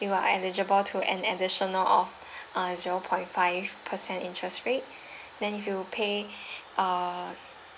you are eligible to an additional of uh zero point five percent interest rate then if you pay uh